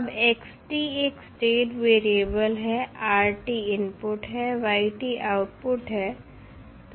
अब एक state variable है इनपुट है आउटपुट है